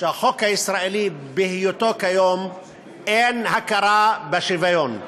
בחוק הישראלי כיום אין הכרה בשוויון.